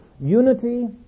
unity